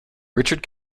richard